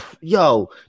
Yo